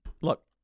Look